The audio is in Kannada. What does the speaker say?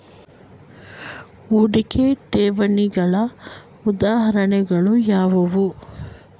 ಹೂಡಿಕೆ ಠೇವಣಿಗಳ ಉದಾಹರಣೆಗಳು ಯಾವುವು?